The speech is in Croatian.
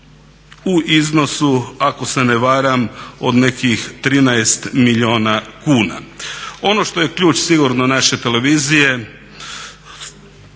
u iznosu ako se ne varam od nekih 13 milijuna kuna. Ono što je ključ sigurno naše televizije